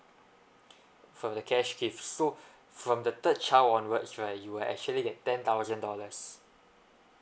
for the cash gift so from the third child onwards right you will actually get ten thousand dollars